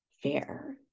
fair